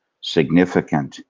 significant